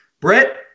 Brett